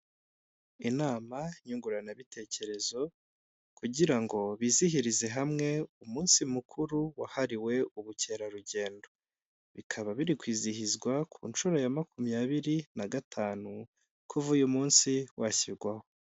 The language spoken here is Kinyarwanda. Inama nyunguranabitekerezo, kugira ngo bizihirize hamwe umunsi mukuru wahariwe ubukerarugendo. Bikaba biri kwizihizwa ku nshuro ya makumyabiri na gatanu, kuva uyu munsi washyirwaho.